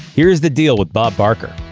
here's the deal with bob barker.